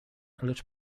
lecz